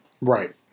Right